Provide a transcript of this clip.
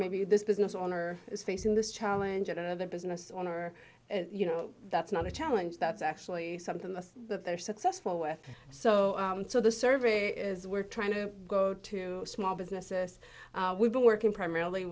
maybe this business owner is facing this challenge yet another business owner you know that's not a challenge that's actually something that they're successful with so so the survey is we're trying to go to small businesses we've been working primarily